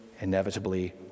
inevitably